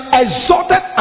exalted